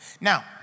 Now